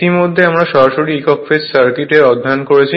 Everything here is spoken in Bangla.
ইতিমধ্যে আমরা সরাসরি একক ফেজ সার্কিট অধ্যয়ন করেছি